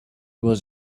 was